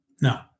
No